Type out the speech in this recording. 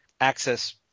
access